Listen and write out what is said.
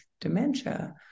dementia